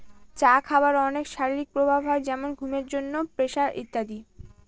চা খাবার অনেক শারীরিক প্রভাব হয় যেমন ঘুমের জন্য, প্রেসার ইত্যাদি